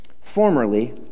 formerly